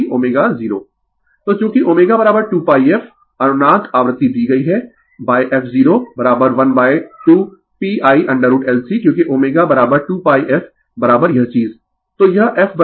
Refer slide Time 2035 तो चूंकि ω 2pi f अनुनाद आवृत्ति दी गई है f 0 12 pI√LC क्योंकि ω 2 pi f यह चीज